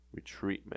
retreatment